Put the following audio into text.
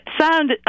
sound